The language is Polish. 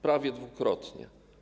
Prawie dwukrotnie.